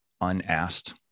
unasked